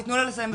תנו לה לסיים.